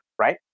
Right